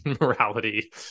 morality